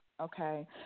okay